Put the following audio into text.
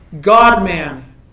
God-man